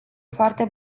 foarte